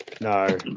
No